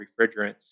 refrigerants